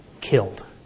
killed